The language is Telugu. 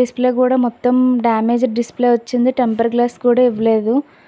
డిస్ప్లే కూడా మొత్తం డ్యామేజ్డ్ డిస్ప్లే వచ్చింది టెంపర్ గ్లాస్ కూడా ఇవ్వలేదు